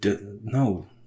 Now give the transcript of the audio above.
No